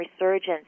resurgence